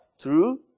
true